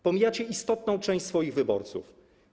Pomijacie istotną część swoich wyborców.